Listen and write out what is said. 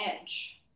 edge